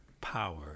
power